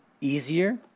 easier